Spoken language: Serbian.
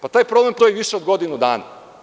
Pa, taj problem postoji više od godinu dana.